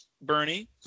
Bernie